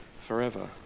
forever